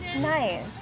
Nice